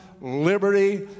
liberty